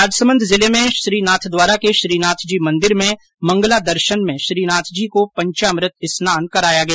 राजसमंद जिले के नाथद्वारा में श्रीनाथजी मंदिर में मंगला दर्शन में श्रीनाथ जी को पंचामृत स्नान कराया गया